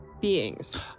beings